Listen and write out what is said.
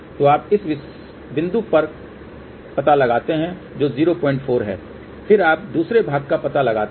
तो आप उस बिंदु का पता लगाते हैं जो 04 है फिर आप दूसरे भाग का पता लगाते हैं